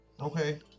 Okay